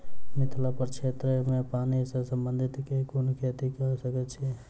मिथिला प्रक्षेत्र मे पानि सऽ संबंधित केँ कुन खेती कऽ सकै छी?